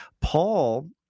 Paul